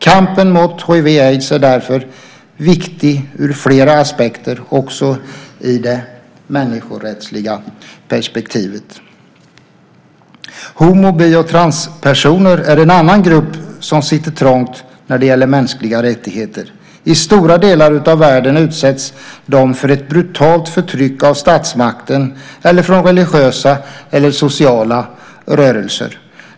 Kampen mot hiv/aids är därför viktig ur flera aspekter också i det människorättsliga perspektivet. Homo och bisexuella och transpersoner är en annan grupp som sitter trångt när det gäller mänskliga rättigheter. I stora delar av världen utsätts de för ett brutalt förtryck av statsmakten eller från religiösa eller sociala rörelser.